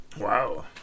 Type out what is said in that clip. Wow